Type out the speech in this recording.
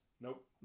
Nope